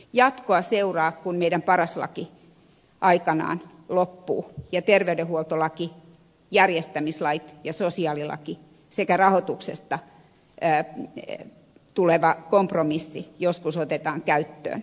jatkoa seuraa kun meidän paras laki aikanaan loppuu ja terveydenhuoltolaki järjestämislait ja sosiaalilaki sekä rahoituksesta tuleva kompromissi joskus otetaan käyttöön